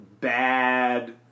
bad